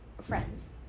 friends